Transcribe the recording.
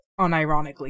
unironically